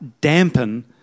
dampen